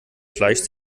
fleisch